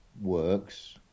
works